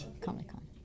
Comic-Con